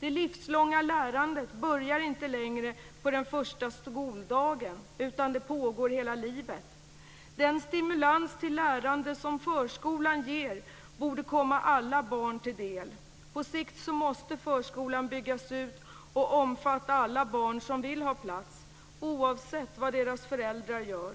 Det livslånga lärandet börjar inte längre på den första skoldagen, utan det pågår hela livet. Den stimulans till lärande som förskolan ger borde komma alla barn till del. På sikt måste förskolan byggas ut och omfatta alla barn som vill ha plats - oavsett vad deras föräldrar gör.